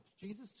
Jesus